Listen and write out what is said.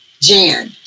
Jan